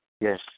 Yes